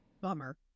Bummer